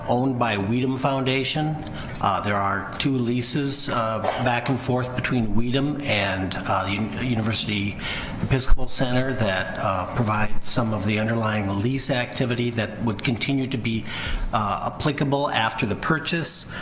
owned by whedon foundation there are two leases back and forth between whedon and ah the and university the episcopal center that provide some of the underlying the lease activity that would continue to be applicable after the purchase